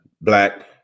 black